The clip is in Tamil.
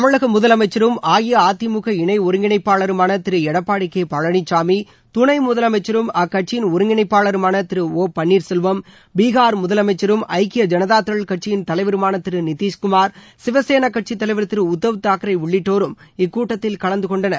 தமிழக முதலமைச்சரும் அஇஅதிமுக இணை ஒருங்கிணைப்பாளருமான திரு எடப்பாடி கே பழனிச்சாமி துணை முதலமைச்சரும் அக்கட்சியின் ஒருங்கிணைப்பாளருமான திரு ஒ பன்னீர் செல்வம் பீகார் முதலமைச்சரும் ஐக்கிய ஐனதாதள கட்சியின் தலைவருமான திரு நித்திஷ்குமார் சிவசேனா கட்சி தலைவர் திரு உதவ் தாக்ரே உள்ளிட்டோரும் இக்கூட்டத்தில் கலந்து கொண்டனர்